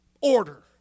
order